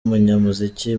umunyamuziki